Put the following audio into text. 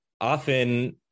often